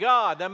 God